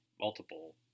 multiple